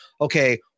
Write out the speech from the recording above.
okay